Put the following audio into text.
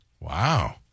Wow